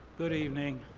good evening.